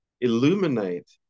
illuminate